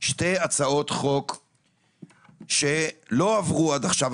שתי הצעות חוק שלא עברו עד עכשיו,